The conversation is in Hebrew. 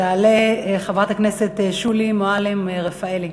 תעלה חברת הכנסת שולי מועלם-רפאלי.